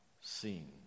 seen